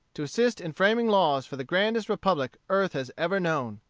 to assist in framing laws for the grandest republic earth has ever known.